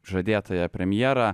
žadėtąją premjerą